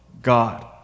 god